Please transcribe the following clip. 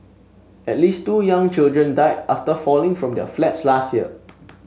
at least two young children died after falling from their flats last year